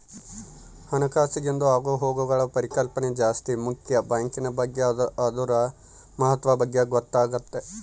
ಹಣಕಾಸಿಂದು ಆಗುಹೋಗ್ಗುಳ ಪರಿಕಲ್ಪನೆ ಜಾಸ್ತಿ ಮುಕ್ಯ ಬ್ಯಾಂಕಿನ್ ಬಗ್ಗೆ ಅದುರ ಮಹತ್ವದ ಬಗ್ಗೆ ಗೊತ್ತಾತತೆ